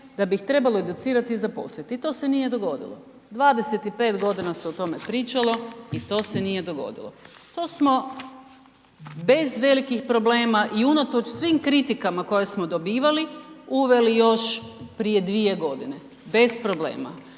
da bi ih trebalo educirati i zaposliti i to se nije dogodilo. 25 g. smo se o tome pričalo i to se nije dogodilo. To smo bez velikih problema i unatoč svim kritika koje smo dobivali, uveli još prije 2 g., bez problema.